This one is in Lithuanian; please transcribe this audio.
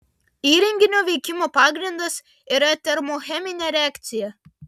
įrenginio veikimo pagrindas yra termocheminė reakcija